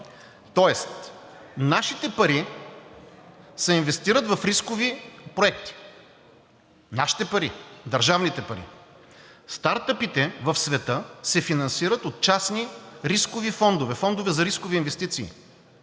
Тоест нашите пари се инвестират в рискови проекти – нашите пари, държавните пари, а стартъпите в света се финансират от частни рискови фондове и фондове за рискови инвестиции.